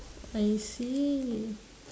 I see